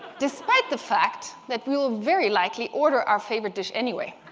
despite the fact that we will very likely order our favorite dish anyway.